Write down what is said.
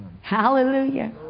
Hallelujah